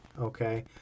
Okay